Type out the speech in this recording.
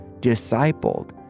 discipled